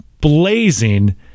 blazing